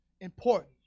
important